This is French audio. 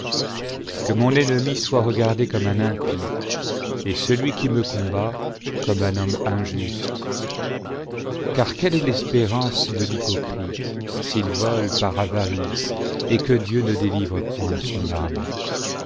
qne mon ennemi boîtregardé comme un impie et celui qui me combat comme un homme injuste car quelle est l'espérance de l'iiypocrite s'il vole par avtirice et que dieu ne délivre point son âme